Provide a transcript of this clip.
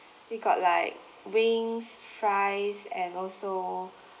we got like wings fries and also